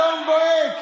אדום בוהק.